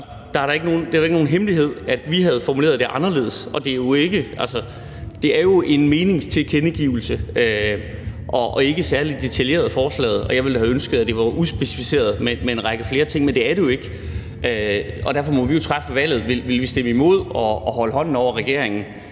er jo ikke nogen hemmelighed, at vi havde formuleret det anderledes. Forslaget er jo en meningstilkendegivelse, og det er ikke særlig detaljeret, og jeg ville da have ønsket, at det var udspecificeret med en række flere ting. Men det er det ikke, og derfor må vi jo træffe valget, om vi vil stemme imod og holde hånden over regeringen,